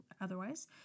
otherwise